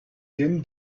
din